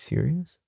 Serious